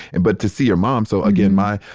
and but to see your mom. so, again, my,